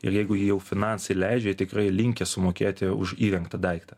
ir jeigu jei jau finansai leidžia tikrai linkę sumokėti už įrengtą daiktą